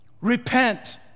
Repent